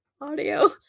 audio